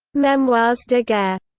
memoires de guerre